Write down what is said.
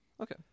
okay